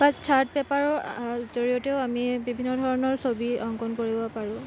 বা চাৰ্ট পেপাৰৰ জৰিয়তেও আমি বিভিন্ন ধৰণৰ ছবি অংকন কৰিব পাৰোঁ